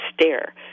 stare